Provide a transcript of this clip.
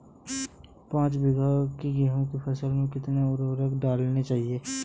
पाँच बीघा की गेहूँ की फसल में कितनी उर्वरक डालनी चाहिए?